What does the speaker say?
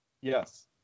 Yes